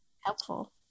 helpful